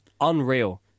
unreal